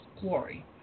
Glory